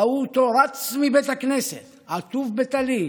ראו אותו רץ מבית הכנסת עטוף בטלית.